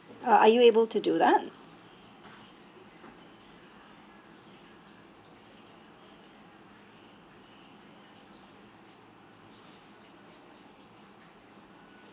uh are you able to do that